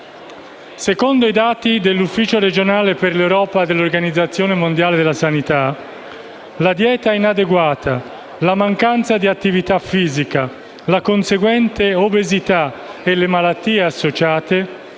Secondo i dati dell'ufficio regionale per l'Europa dell'Organizzazione mondiale della sanità, la dieta inadeguata, la mancanza di attività fisica, la conseguente obesità e le malattie associate